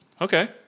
Okay